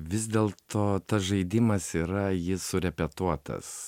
vis dėlto tas žaidimas yra jis surepetuotas